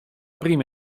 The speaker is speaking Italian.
prima